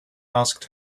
asked